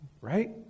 right